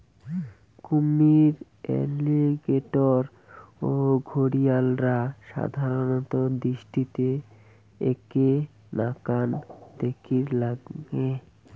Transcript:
কুমীর, অ্যালিগেটর ও ঘরিয়ালরা সাধারণত দৃষ্টিতে এ্যাকে নাকান দ্যাখির নাগে